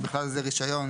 ובכלל זה רישיון,